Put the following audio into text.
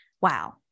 Wow